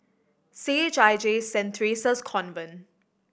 C H I J Saint Theresa's Convent